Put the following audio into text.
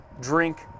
drink